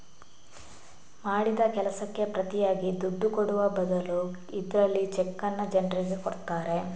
ಮಾಡಿದ ಕೆಲಸಕ್ಕೆ ಪ್ರತಿಯಾಗಿ ದುಡ್ಡು ಕೊಡುವ ಬದಲು ಇದ್ರಲ್ಲಿ ಚೆಕ್ಕನ್ನ ಜನ್ರಿಗೆ ಕೊಡ್ತಾರೆ